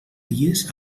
dies